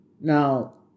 Now